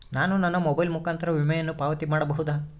ನಾನು ನನ್ನ ಮೊಬೈಲ್ ಮುಖಾಂತರ ವಿಮೆಯನ್ನು ಪಾವತಿ ಮಾಡಬಹುದಾ?